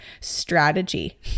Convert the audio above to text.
strategy